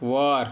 वर